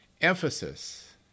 emphasis